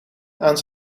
aan